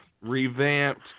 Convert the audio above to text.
revamped